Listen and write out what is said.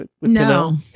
no